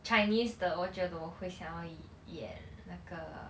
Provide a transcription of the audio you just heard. chinese 的我觉得我会想要演那个